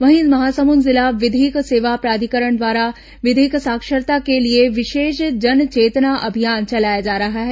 वहीं महासमुद जिला विधिक सेवा प्राधिकरण द्वारा विधिक साक्षरता के लिए विशेष जनचेतना अभियान चलाया जा रहा है